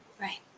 Right